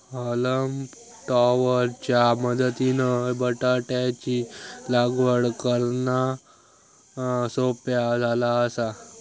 हॉलम topper च्या मदतीनं बटाटयाची लागवड करना सोप्या झाला आसा